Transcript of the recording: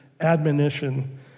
admonition